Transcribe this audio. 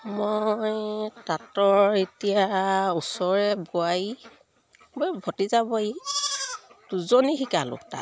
মই তাঁতৰ এতিয়া ওচৰৰে বোৱাৰী ভতিজা বোৱাৰী দুজনী শিকালোঁ তাঁত